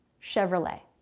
chevrolet.